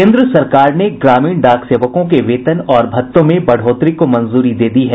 केन्द्र सरकार ने ग्रामीण डाक सेवकों के वेतन और भत्तों में बढ़ोतरी को मंजूरी दे दी है